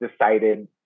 decided